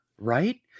right